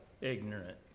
ignorant